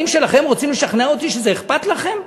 שלכם רוצים לשכנע אותי שזה אכפת לכם?